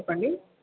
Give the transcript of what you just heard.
చెప్పండి